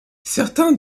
certains